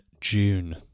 June